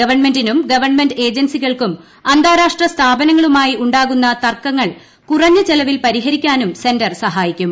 ഗവൺമെന്റിനും ഗവൺമെന്റ് ഏജൻസികൾക്കും അന്താരാഷ്ട്ര സ്ഥാപനങ്ങളുമായി ഉണ്ടാകുന്ന തർക്കങ്ങൾ കുറഞ്ഞ ചെലവിൽ പരിഹരിക്കാനും സെന്റർ സഹായിക്കും